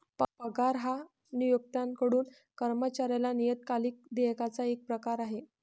पगार हा नियोक्त्याकडून कर्मचाऱ्याला नियतकालिक देयकाचा एक प्रकार आहे